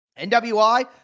NWI